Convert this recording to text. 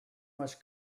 much